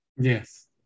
Yes